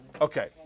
Okay